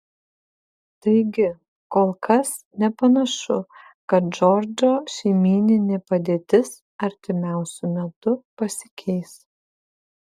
taigi kol kas nepanašu kad džordžo šeimyninė padėtis artimiausiu metu pasikeis